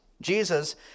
Jesus